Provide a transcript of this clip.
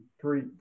Three